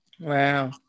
Wow